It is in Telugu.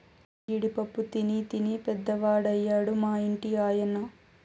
జీడి పప్పు తినీ తినీ పెద్దవాడయ్యాడు మా ఇంటి ఆయన